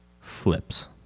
flips